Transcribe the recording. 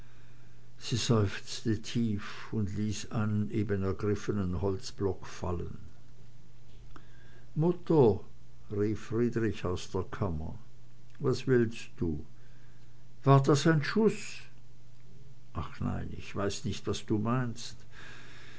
sie seufzte tief und ließ einen eben ergriffenen holzblock fallen mutter rief friedrich aus der kammer was willst du war das ein schuß ach nein ich weiß nicht was du meinst